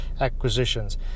acquisitions